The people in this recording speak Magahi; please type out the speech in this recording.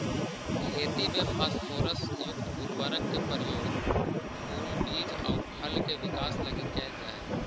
खेती में फास्फोरस युक्त उर्वरक के प्रयोग फूल, बीज आउ फल के विकास लगी कैल जा हइ